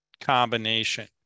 combination